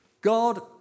God